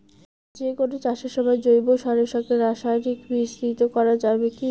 যে কোন চাষের সময় জৈব সারের সঙ্গে রাসায়নিক মিশ্রিত করা যাবে কি?